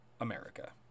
America